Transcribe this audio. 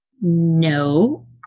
No